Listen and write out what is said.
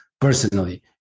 personally